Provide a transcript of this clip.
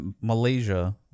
Malaysia